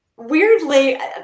Weirdly